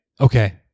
Okay